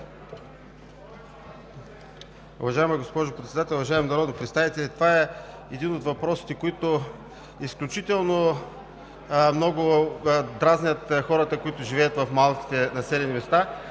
Уважаема госпожо Председател, уважаеми народни представители! Това е един от въпросите, който изключително много дразни хората, които живеят в малките населени места